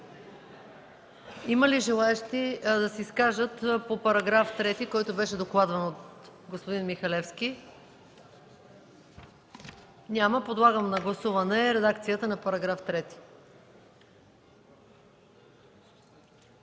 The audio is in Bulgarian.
Има ли желаещи да се изкажат по § 3, който бе докладван от господин Михалевски? Няма. Подлагам на гласуване редакцията на § 3.